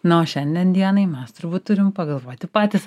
na o šiandien dienai mes turbūt turim pagalvoti patys